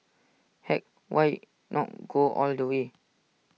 heck why not go all the way